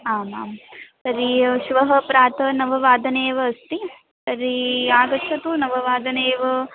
आम् आमां तर्हि श्वः प्रातः नववादने एव अस्ति तर्हि आगच्छतु नववादने एव